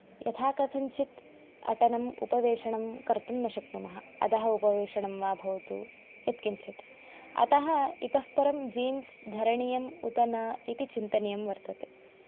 यथा कथञ्चित् अटनम् उपवेषणं कर्तुं न शक्नुमः अधः उपवेशनं वा भवतु यत् किञ्चित् अतः इतः परं जीन्स् धरणीयम् उत न इति चिन्तनीयं वर्तते